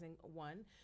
one